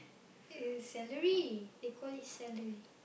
it is celery they call it celery